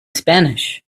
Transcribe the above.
spanish